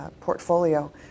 portfolio